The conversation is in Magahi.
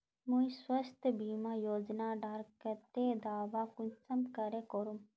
मुई स्वास्थ्य बीमा योजना डार केते दावा कुंसम करे करूम?